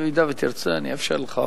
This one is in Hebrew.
במידה שתרצה, אני אאפשר לך עוד.